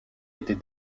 était